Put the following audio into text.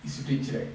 is rich right